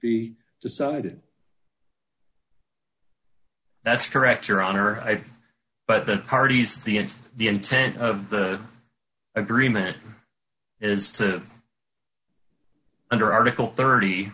be decided that's correct your honor but the parties the and the intent of the agreement is to under article thirty